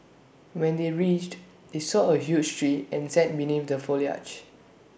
when they reached they saw A huge tree and sat beneath the foliage